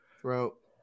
Throat